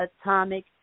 Atomic